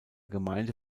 gemeinde